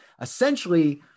essentially